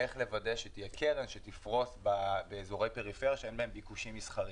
איך לוודא שתהיה קרן שתפרוס באזורי פריפריה שאין בהם ביקושים מסחריים.